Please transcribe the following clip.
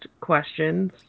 questions